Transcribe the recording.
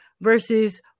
versus